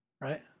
right